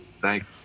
thanks